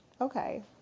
Okay